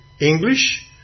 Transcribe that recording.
English